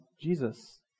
Jesus